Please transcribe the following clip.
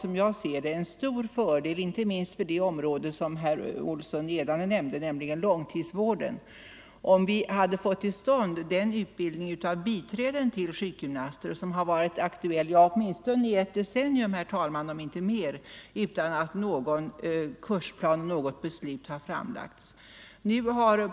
Det hade varit en stor fördel — inte minst för det område som herr Olsson i Edane nämnde, nämligen långtidsvården — om vi hade fått till stånd den utbildning av biträden till sjukgymnasterna som varit aktuell i ett decennium om inte mer utan att någon kursplan framlagts eller något beslut fattats.